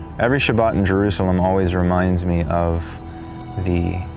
every shabbat in jerusalem always reminds me of the